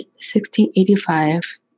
1685